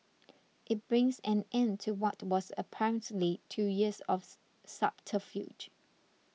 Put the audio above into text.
it brings an end to what was apparently two years of subterfuge